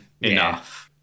enough